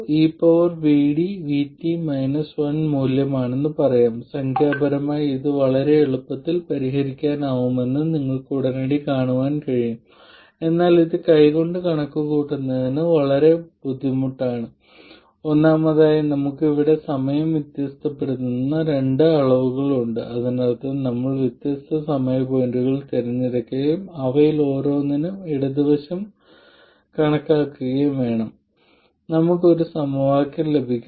ഈ റെസിസ്റ്ററിന്റെ മൂല്യം എങ്ങനെ കണ്ടെത്താമെന്ന് നമുക്കറിയാം ഈ r അടിസ്ഥാനപരമായി നോൺ ലീനിയാരിറ്റി f ആണെങ്കിൽ r ആയിരിക്കും f ചാലകത g f ആയിരിക്കും ഓപ്പറേറ്റിംഗ് പോയിന്റിൽ അതിനാൽ നിങ്ങൾക്ക് 1mA ഉണ്ട്